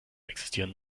existieren